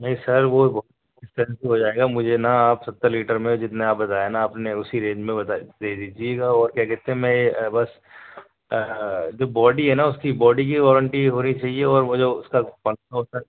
نہیں سر وہ ایکسپینسیو ہو جائے گا مجھے نا آپ ستر لیٹر میں جتنا آپ بتائے نا اتنے اسی رینج میں بتائے دے دیجیے گا اور کیا کہتے ہیں میں بس جو باڈی ہے نا اس کی باڈی کی وارنٹی ہونی چاہیے اور وہ جو اس کا پنکھا ہوتا ہے